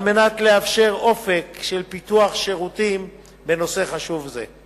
על מנת לאפשר אופק של פיתוח שירותים בנושא חשוב זה.